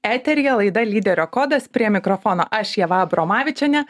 eteryje laida lyderio kodas prie mikrofono aš ieva abromavičienė